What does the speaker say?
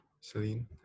Celine